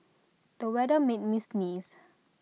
the weather made me sneeze